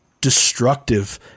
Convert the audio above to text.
destructive